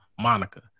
Monica